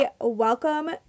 Welcome